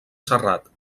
serrat